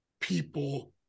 people